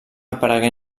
aparegué